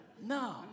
No